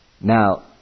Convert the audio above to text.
Now